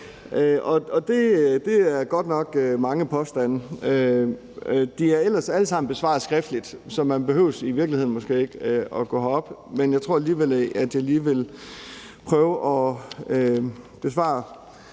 Og der er godt nok mange påstande. Alle spørgsmålene er ellers besvaret skriftligt, så man behøver i virkeligheden ikke at gå herop, men jeg tror alligevel at jeg lige vil prøve at besvare